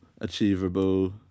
achievable